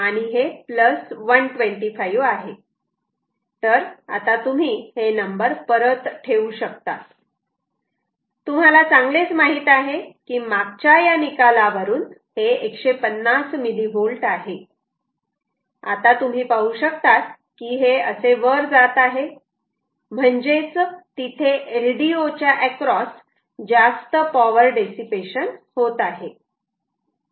तर आता तुम्ही हे नंबर परत ठेवू शकतात तुम्हाला चांगलेच माहीत आहे की मागच्या या निकालावरून हे 150 mV आहे आता तुम्ही पाहू शकतात की हे वर जात आहे म्हणजेच तिथे LDO च्या एक्रॉस जास्त पॉवर डेसिपेशन होत आहे का